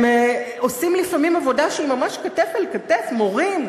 הם עושים לפעמים עבודה שהיא ממש כתף אל כתף מורים,